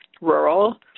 rural